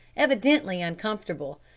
evidently uncomfortable.